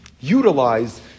utilize